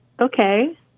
okay